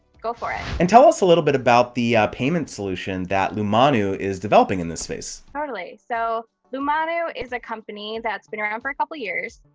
go for it. and tell us a little bit about the payment solution. that lumanu is developing in this space? totally. so, lumanu is a company that's been around for a couple of years.